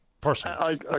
personally